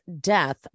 death